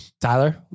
Tyler